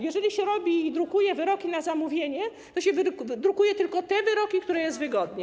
Jeżeli się robi i drukuje wyroki na zamówienie, to się drukuje tylko te wyroki, które są wygodne.